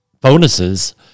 bonuses